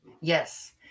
Yes